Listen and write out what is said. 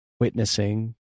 witnessing